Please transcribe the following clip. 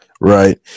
Right